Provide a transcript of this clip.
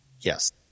yes